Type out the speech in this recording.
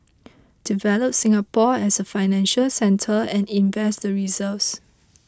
develop Singapore as a financial centre and invest the reserves